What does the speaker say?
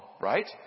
right